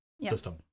system